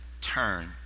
turn